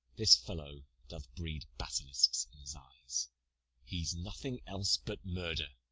this fellow doth breed basilisks in s eyes, he s nothing else but murder